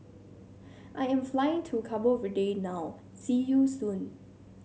I am flying to Cabo Verde now see you soon